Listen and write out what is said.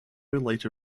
later